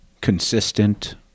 consistent